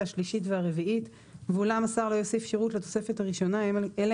השלישית והרביעית ואולם (1)השר לא יוסיף שירות לתוספת הראשונה אלא